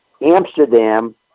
Amsterdam